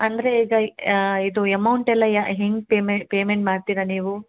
ಅಂದರೆ ಈಗ ಇದು ಎಮೌಂಟ್ ಎಲ್ಲ ಯಾ ಹೆಂಗೆ ಪೇಮೆ ಪೇಮೆಂಟ್ ಮಾಡ್ತೀರ ನೀವು